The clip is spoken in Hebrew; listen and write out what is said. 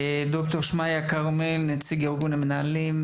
ד"ר שמעיה כרמל, נציג ארגוני המנהלים.